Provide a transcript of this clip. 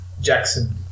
Jackson